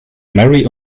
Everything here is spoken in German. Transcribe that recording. mary